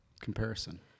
Comparison